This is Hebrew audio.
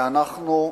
ואנחנו,